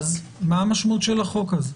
אז מה המשמעות של החוק הזה?